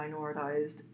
minoritized